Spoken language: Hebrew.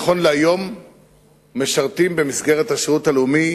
נכון להיום משרתים במסגרת השירות הלאומי